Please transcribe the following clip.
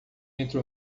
entre